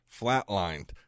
Flatlined